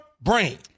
brain